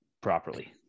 properly